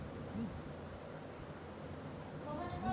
যে টাকা গুলা ব্যাংকে ভ্যইরে সেগলার সিলিপ পাউয়া যায়